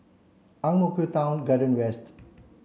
Ang Mo Kio Town Garden West